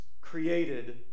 created